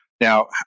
Now